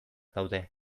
daude